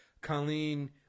Colleen